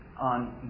on